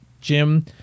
Jim